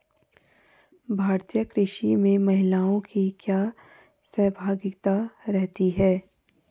भारतीय कृषि में महिलाओं की क्या सहभागिता रही है?